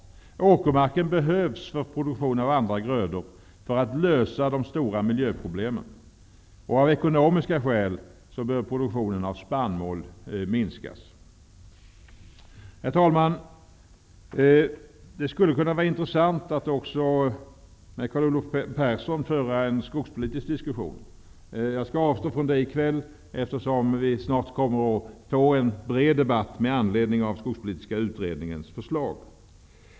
Åkermarken behövs för produktion av andra grödor för att lösa de stora miljöproblemen. Av ekonomiska skäl bör produktionen av spannmål minskas. Herr talman! Det skulle kunna vara intressant att med Carl Olov Persson föra en skogspolitisk diskussion. Jag skall avstå från det i kväll eftersom vi snart kommer att få en bred debatt med anledning av skogspolitiska utredningens förslag.